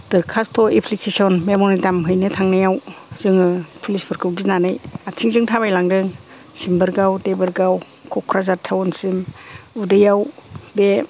दरखास्त' application memorandum हैनो थांनायाव जोङो पुलिसफोरखौ गिनानै आथिंजों थाबायलांदों सिम्बोरगाव देबोरगाव क'क्राजार ताउनसिम उदैयाव बे